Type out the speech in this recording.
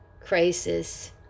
crisis